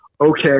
Okay